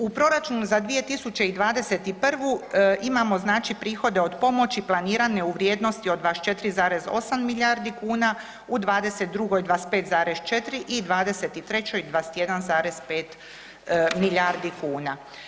U proračunu za 2021. imamo znači prihode od pomoći planirane u vrijednosti od 24,8 milijardi kuna, u '22. 25,4 i '23. 21,5 milijardi kuna.